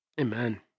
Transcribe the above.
Amen